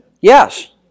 Yes